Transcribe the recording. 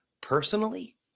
Personally